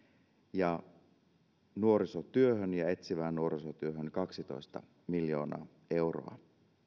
nuorisotyöhön ja etsivään nuorisotyöhön kaksitoista miljoonaa euroa